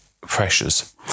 pressures